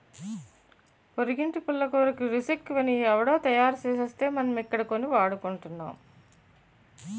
పొరిగింటి పుల్లకూరకి రుసెక్కువని ఎవుడో తయారుసేస్తే మనమిక్కడ కొని వాడుకుంటున్నాం